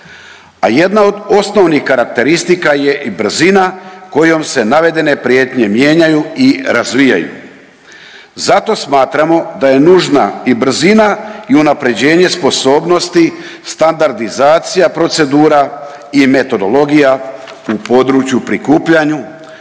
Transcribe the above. a jedna od osnovnih karakteristika je i brzina kojom se navedene prijetnje mijenjaju i razvijaju. Zato smatramo da je nužna i brzina i unaprjeđenje sposobnosti, standardizacija procedura i metodologija u području prikupljanju,